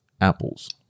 apples